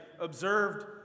observed